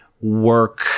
work